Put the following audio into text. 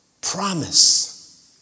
promise